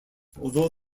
although